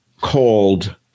called